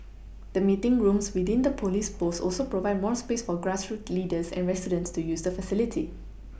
the meeting rooms within the police post also provide more space for grassroots leaders and residents to use the facilities